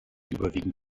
überwiegend